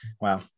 wow